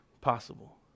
possible